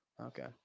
Okay